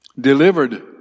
Delivered